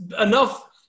enough